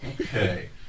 Okay